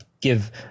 give